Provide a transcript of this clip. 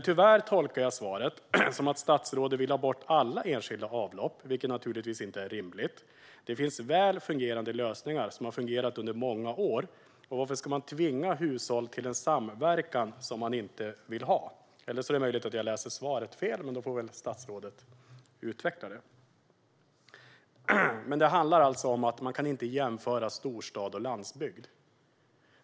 Jag tolkar svaret som att statsrådet vill ha bort alla enskilda avlopp, vilket givetvis inte är rimligt. Det finns väl fungerande lösningar som har fungerat under många år. Varför ska man då tvinga hushåll till en samverkan som de inte vill ha? Det är möjligt att jag uppfattade svaret fel, men då får statsrådet utveckla det. Det handlar om att man inte kan jämföra storstad och landsbygd.